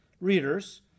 readers